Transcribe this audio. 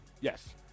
Yes